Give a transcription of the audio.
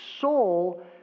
soul